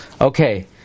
Okay